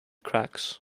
cracks